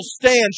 stand